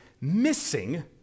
missing